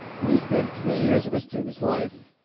we spend three years of a student's life,